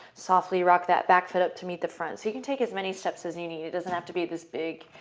softly rock that back foot up to meet the front. so you can take as many steps as you need. it doesn't have to be this big